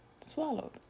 swallowed